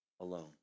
alone